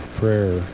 prayer